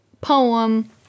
poem